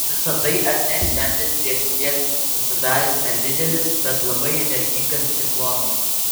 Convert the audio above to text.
visa tai atneš šiandien priešpiet susidaręs nedidelis bet labai energingas ciklonas